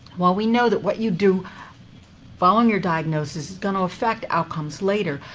while we know that what you do following your diagnosis is going to affect outcomes later,